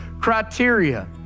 criteria